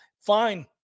Fine